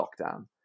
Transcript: lockdown